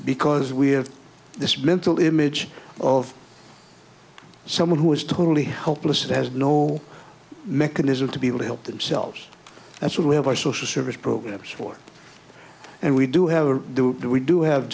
because we have this mental image of someone who is totally helpless has no mechanism to be able to help themselves that's what we have our social service programs for and we do have or do we do have